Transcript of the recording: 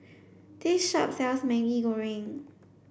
this shop sells Maggi Goreng